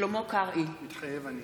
שלמה קרעי, מתחייב אני